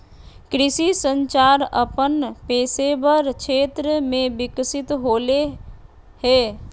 कृषि संचार अपन पेशेवर क्षेत्र में विकसित होले हें